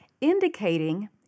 Indicating